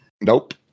Nope